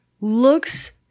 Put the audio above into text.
looks